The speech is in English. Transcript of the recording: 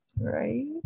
right